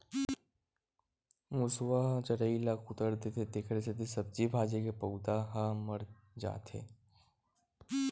मूसवा जरई ल कुतर देथे तेखरे सेती सब्जी भाजी के पउधा ह मर जाथे